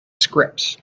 scripts